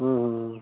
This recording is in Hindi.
हाँ हाँ हाँ